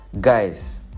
guys